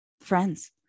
friends